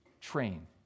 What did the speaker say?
train